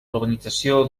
urbanització